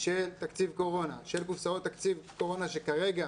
של תקציב קורונה, של קופסאות תקציב קורונה שכרגע,